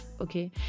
okay